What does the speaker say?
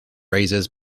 razors